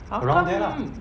how come